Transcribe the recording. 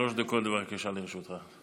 שלוש דקות, בבקשה, לרשותך.